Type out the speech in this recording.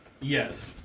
Yes